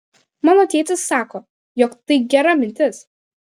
mano tėtis sako jog tai gera mintis